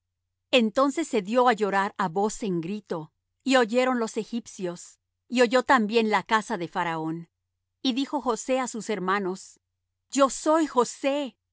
entonces se dió á llorar á voz en grito y oyeron los egipcios y oyó también la casa de faraón y dijo josé á sus hermanos yo soy josé vive